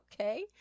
okay